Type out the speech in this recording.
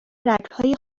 رگهای